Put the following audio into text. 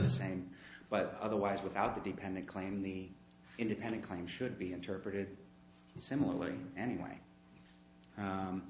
the same but otherwise without the dependent claim the independent claim should be interpreted similar in any way